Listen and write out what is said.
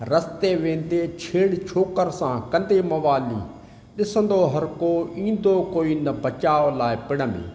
रस्ते वेंदे छेड़ छोकरि सां कंदे मवाली ॾिसंदो हर को ईंदो कोई न बचाव लाइ पिण में